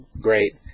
great